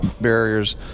barriers